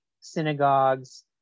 synagogues